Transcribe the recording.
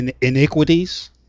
iniquities